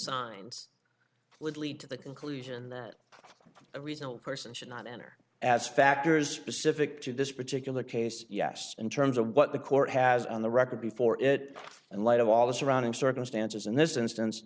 signs would lead to the conclusion that a reasonable person should not enter as factors pacific to this particular case yes in terms of what the court has on the record before it and light of all the surrounding circumstances in this instance